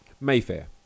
Mayfair